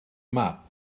map